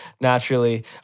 naturally